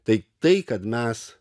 tai tai kad mes